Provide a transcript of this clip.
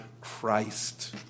Christ